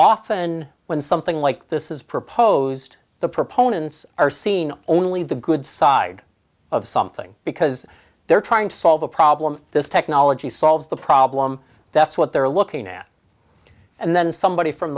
often when something like this is proposed the proponents are seen only the good side of something because they're trying to solve a problem this technology solves the problem that's what they're looking at and then somebody from